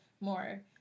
more